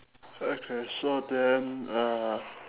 okay so then uh